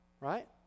right